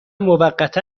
موقتا